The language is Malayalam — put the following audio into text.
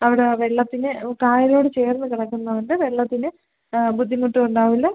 അവിടെ ആ വെള്ളത്തിന് കായലിനോട് ചേർന്ന് കിടക്കുന്നത് കൊണ്ട് വെള്ളത്തിന് ബുദ്ധിമുട്ടും ഉണ്ടാവില്ല